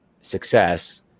success